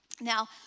Now